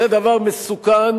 זה דבר מסוכן,